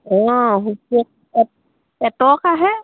অঁ সুতটো এ এটকাহে